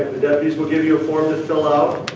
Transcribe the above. deputies will give you a form to fill out,